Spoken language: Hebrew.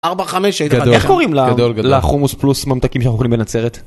ארבע חמש איך קוראים לה חומוס פלוס ממתקים שאוכלים בנצרת.